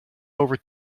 over